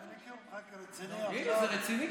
אני מכיר אותך כרציני, הינה, זה רציני.